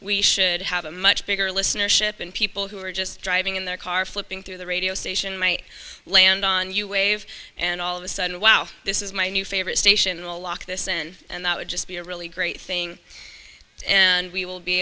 we should have a much bigger listenership in people who are just driving in their car flipping through the radio station my land on you wave and all of a sudden wow this is my new favorite station a lock this in and that would just be a really great thing and we will be